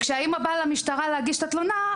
כשהאימא באה למשטרה להגיש את התלונה,